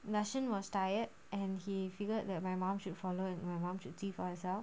rashan was tired and he figured that my mom should follow if my mum should see for herself